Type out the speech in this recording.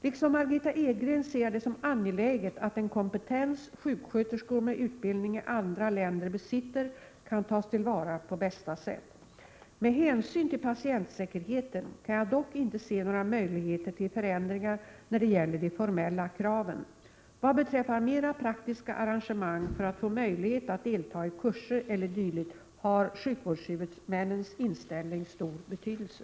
Liksom Margitta Edgren ser jag det som angeläget att den kompetens sjuksköterskor med utbildning i andra länder besitter kan tas till vara på bästa sätt. Med hänsyn till patientsäkerheten kan jag dock inte se några möjligheter till förändringar när det gäller de formella kraven. Vad beträffar mera praktiska arrangemang för att få möjlighet att delta i kurser o. d. har sjukvårdshuvudmännens inställning stor betydelse.